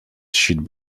should